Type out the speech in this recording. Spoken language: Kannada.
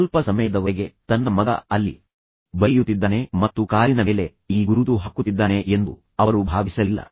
ಸ್ವಲ್ಪ ಸಮಯದವರೆಗೆ ತನ್ನ ಮಗ ಅಲ್ಲಿ ಬರೆಯುತ್ತಿದ್ದಾನೆ ಮತ್ತು ಕಾರಿನ ಮೇಲೆ ಈ ಗುರುತು ಹಾಕುತ್ತಿದ್ದಾನೆ ಎಂದು ಅವರು ಭಾವಿಸಲಿಲ್ಲ